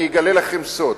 אני אגלה לכם סוד: